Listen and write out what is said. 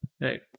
Right